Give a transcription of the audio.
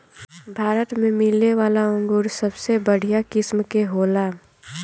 भारत में मिलेवाला अंगूर सबसे बढ़िया किस्म के होला